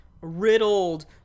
riddled